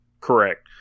Correct